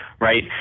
right